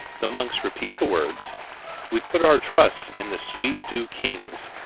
the monks repeat the words we put our trust in the sweet dew kings,